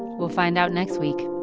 we'll find out next week